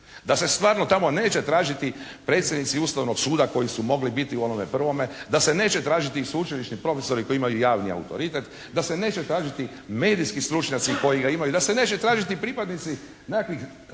da se stvarno tamo neće tražiti predsjednici Ustavnog suda koji su mogli biti u onome prvome. Da se neće tražiti sveučilišni profesori koji imaju javni autoritet. Da se neće tražiti medijski stručnjaci koji ga imaju. Da se neće tražiti pripadnici nekakvih relevantnih